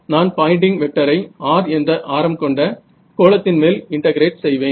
நான் பாயின்டிங் வெக்டரை r என்ற ஆரம் கொண்ட கோளத்தின் மேல் இன்டெகிரேட் செய்வேன்